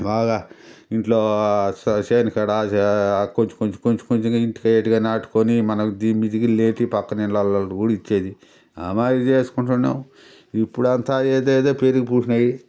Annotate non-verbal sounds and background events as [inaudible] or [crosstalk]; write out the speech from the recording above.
బాగా ఇంట్లో చేనుకాడా కొంచెం కొంచెం కొంచెం ఇంటికయ్యేట్టుగా నాటుకొని [unintelligible] పక్కనిళ్ళల్లో కూడా ఇచ్చేది ఆమాదిరిగా చేస్తున్నాం ఇప్పుడంతా ఏదేదో పెరిగి పూడ్చినాయి